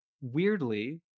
weirdly